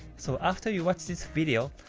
so after you watch this video,